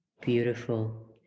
beautiful